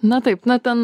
na taip na ten